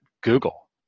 Google